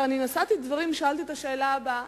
כאשר נשאתי דברים שאלתי את השאלה הבאה,